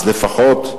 אז לפחות,